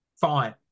fine